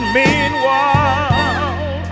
meanwhile